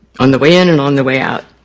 on the way in and on the way out.